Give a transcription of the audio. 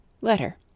Letter